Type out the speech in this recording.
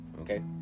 Okay